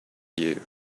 you